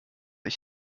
ich